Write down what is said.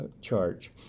charge